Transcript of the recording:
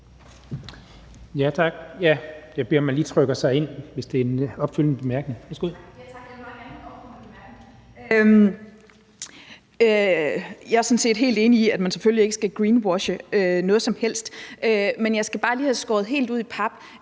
set helt enig i, at man selvfølgelig ikke skal greenwashe noget som helst, men jeg skal bare have skåret det helt ud i pap: